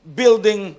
building